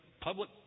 public